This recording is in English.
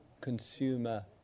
consumer